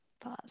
pause